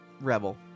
Rebel